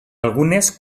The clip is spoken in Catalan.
algunes